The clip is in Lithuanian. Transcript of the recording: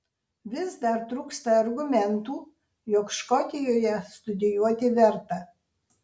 vis dar trūksta argumentų jog škotijoje studijuoti verta